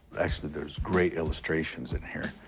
actually, there's great illustrations in here.